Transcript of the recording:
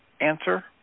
answer